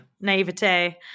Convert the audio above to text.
Naivete